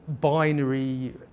binary